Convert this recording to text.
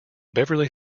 beverly